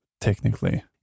technically